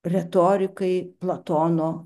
retorikai platono